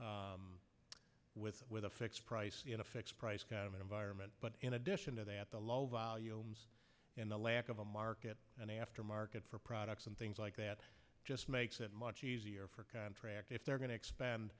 with with a fixed price in a fixed price kind of environment but in addition to that the low volumes and the lack of a market and aftermarket for products and things like that just makes it much easier for contract if they're going to